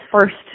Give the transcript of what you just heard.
first